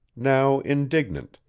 now indignant,